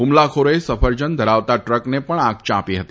હુમલાખોરોએ સફરજન ધરાવતાં ટ્રકને પણ આગ ચાંપી હતી